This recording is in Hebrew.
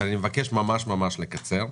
אבל אני מבקש ממש ממש לקצר.